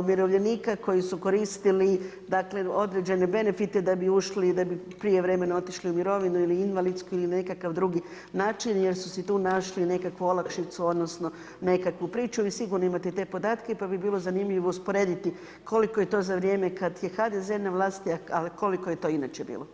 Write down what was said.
umirovljenika koji su koristili dakle, određene benefite da bi ušli, da bi prijevremeno otišli u mirovinu, ili invalidsku, ili nekakav drugi način, jer su si tu našli nekakvu olakšicu odnosno nekakvu priču, vi sigurno imate te podatke, pa bi bilo zanimljivo usporediti koliko je to za vrijeme kad je HDZ na vlasti, a koliko je to inače bilo.